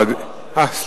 רגע, אני לא רשומה?